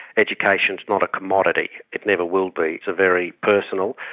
education is not a commodity. it never will be. it's a very personal,